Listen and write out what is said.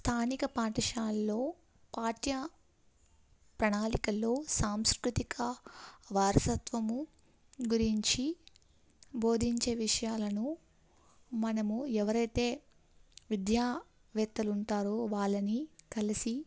స్థానిక పాఠశాలల్లో పాఠ్య ప్రణాళికల్లో సాంస్కృతిక వారసత్వము గురించి బోధించే విషయాలను మనము ఎవరైతే విద్యావేత్తలుంటారో వాళ్ళని కలిసి